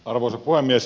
arvoisa puhemies